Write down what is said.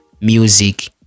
music